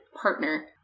partner